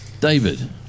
David